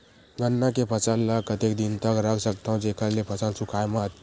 गन्ना के फसल ल कतेक दिन तक रख सकथव जेखर से फसल सूखाय मत?